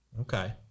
Okay